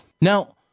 Now